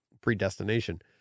predestination